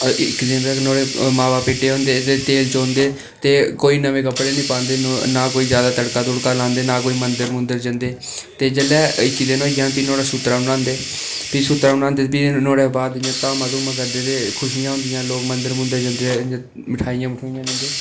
इक्की दिन तक्कर नुहाड़े मां बब्ब भिट्टे होंदे ते तेल चोंदे कोई नमें कपड़े निं पांदे नां कोई जादै तड़का तुड़का लांदे ना कोई मंदर मुंदर जंदे ते जेल्लै इक्की दिन होई जाह्न नुहाड़ा सूत्तरा बनांदे प्ही सूत्तरा बनांदे प्ही नुहाड़े बाद धाम धुम्मा करदे ते खुशियां होंदियां ते लोक मंदर मुंदर जंदे ते मठाइयां मठुइयां दिंदे